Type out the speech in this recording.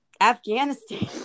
Afghanistan